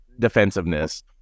defensiveness